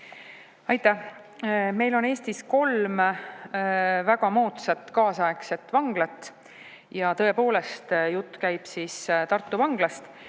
Aitäh! Meil on Eestis kolm väga moodsat kaasaegset vanglat. Ja tõepoolest, jutt käib Tartu vanglast.